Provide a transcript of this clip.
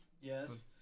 Yes